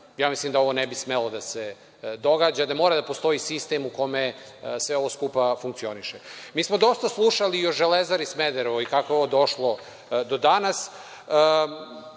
Mislim da ovo ne bi smelo da se događa, da mora da postoji sistem u kome sve ovo skupa funkcioniše. Mi smo dosta slušali i o „Železari“ Smederevo i kako je ovo došlo do danas,